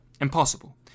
Impossible